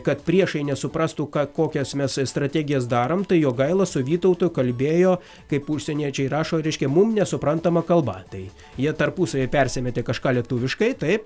kad priešai nesuprastų ką kokias mes strategijas darom tai jogaila su vytautu kalbėjo kaip užsieniečiai rašo reiškia mum nesuprantama kalba tai jie tarpusavy persimetė kažką lietuviškai taip